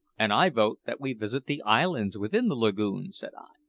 and i vote that we visit the islands within the lagoon, said i.